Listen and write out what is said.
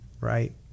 Right